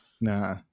Nah